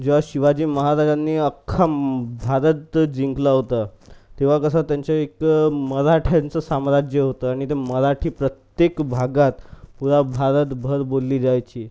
जेव्हा शिवाजी महाराजांनी अख्खा भारत जिंकला होता तेव्हा कसं त्यांचे एक मराठ्यांचं साम्राज्य होतं आणि ते मराठी प्रत्येक भागात पुरा भारतभर बोलली जायची